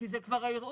כי זה כבר ערעור,